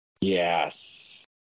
Yes